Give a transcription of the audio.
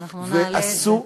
אנחנו נעלה את זה.